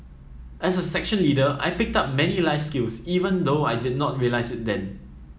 as a section leader I picked up many life skills even though I did not realise it then